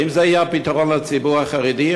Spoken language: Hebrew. האם זה יהיה הפתרון לציבור החרדי?